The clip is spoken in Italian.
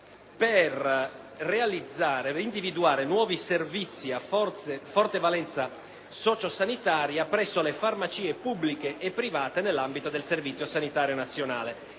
per realizzare ed individuare nuovi servizi a forte valenza socio-sanitaria presso le farmacie pubbliche e private nell'ambito del Servizio sanitario nazionale.